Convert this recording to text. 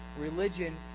religion